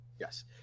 Yes